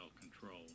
control